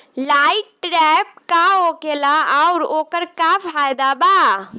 Light trap का होखेला आउर ओकर का फाइदा बा?